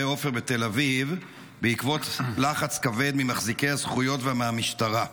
עופר בתל אביב בעקבות לחץ כבד ממחזיקי הזכויות ומהמשטרה,